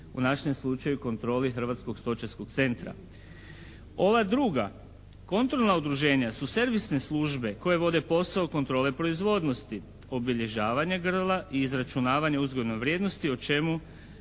U našem slučaju kontroli Hrvatskog stočarskog centra. Ova druga kontrolna udruženja su servisne službe koje vode posao kontrole proizvodnosti, obilježavanja grla i izračunavanja uzgojne vrijednosti o čemu